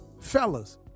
Fellas